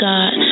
God